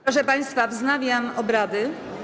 Proszę państwa, wznawiam obrady.